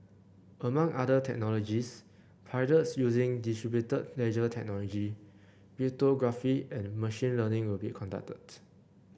among other technologies pilots using distributed ledger technology cryptography and machine learning will be conducted